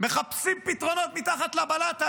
מחפשים פתרונות מתחת לבלטה,